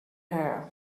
hair